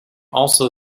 also